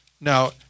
Now